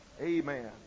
Amen